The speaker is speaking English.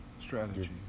Strategy